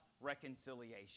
reconciliation